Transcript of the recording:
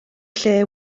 lle